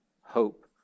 hope